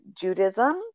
Judaism